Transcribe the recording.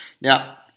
Now